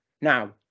Now